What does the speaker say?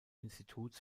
instituts